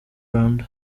rwanda